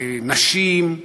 נשים,